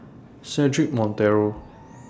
Cedric Monteiro